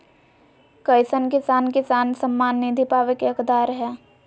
कईसन किसान किसान सम्मान निधि पावे के हकदार हय?